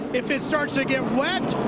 if it starts to get wet,